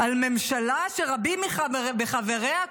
על ממשלה שרבים מחבריה,